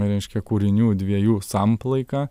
reiškia kūrinių dviejų samplaika